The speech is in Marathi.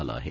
झालं आह